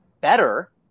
better